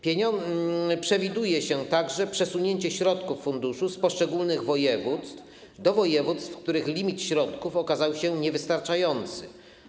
Przewiduje się także przesunięcie środków funduszy z poszczególnych województw do województw, w których limit środków okazał się niewystarczający.